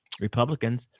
Republicans